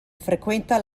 frequenta